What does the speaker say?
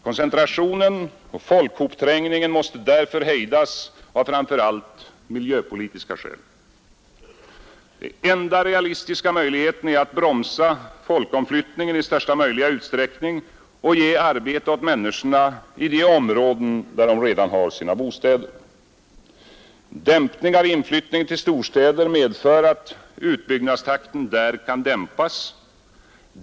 Koncentrationen och folkhopträngningen måste därför hejdas av framför allt miljöpolitiska skäl. Enda realistiska möjligheten är att bromsa folkomflyttningen i största möjliga utsträckning och ge arbete åt människorna i de områden, där de redan har sina bostäder. En dämpning av inflyttning till storstäder medför att utbyggnadstakten där kan hejdas.